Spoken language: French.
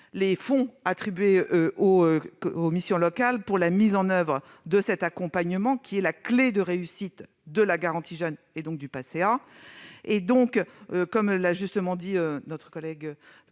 les fonds attribués aux missions locales pour la mise en oeuvre de cet accompagnement, qui est la clé de la réussite de la garantie jeunes et, donc, du Pacea. Comme l'a justement dit notre collègue